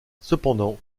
cependant